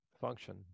function